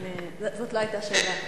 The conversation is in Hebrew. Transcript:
זאת לא היתה השאלה.